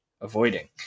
avoiding